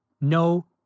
no